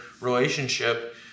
relationship